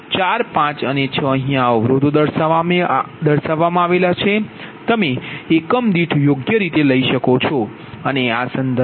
4 5 અને 6 અધિકાર તમે એકમ દીઠ યોગ્ય રીતે લઈ શકો છો અને આ સંદર્ભ બસ છે